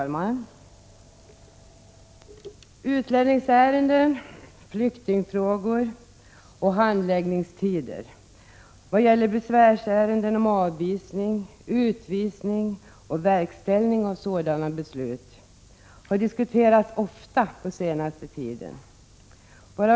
Fru talman! Utlänningsärenden, flyktingfrågor och handläggningstider i vad gäller besvärsärenden om avvisning, utvisning och verkställande av sådana beslut har diskuterats ofta på den senaste tiden.